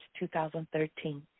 2013